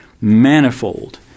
Manifold